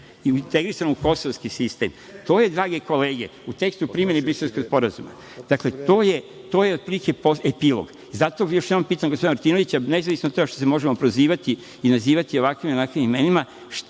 integrisano u kosovski sistem. To je, drage kolege, u tekstu primene Briselskog sporazuma. To je epilog. Zato pitam gospodina Martinovića, nezavisno od toga što se možemo prozivati i nazivati ovakvim i onakvim imenima,